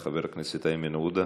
חבר הכנסת איימן עודה,